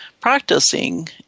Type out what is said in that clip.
practicing